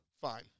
Fine